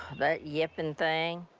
that yipping thing.